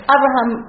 Abraham